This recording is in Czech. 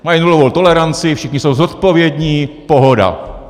Mají nulovou toleranci, všichni jsou zodpovědní, pohoda.